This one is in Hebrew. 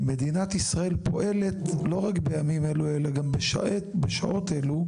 מדינת ישראל פועלת לא רק בימים אלה אלא גם בשעות אלו,